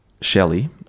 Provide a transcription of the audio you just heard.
Shelley